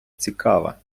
цікава